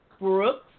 Brooks